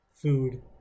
food